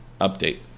Update